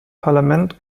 parlament